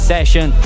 Session